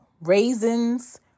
raisins